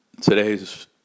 today's